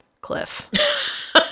Cliff